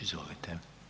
Izvolite.